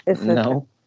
No